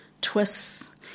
twists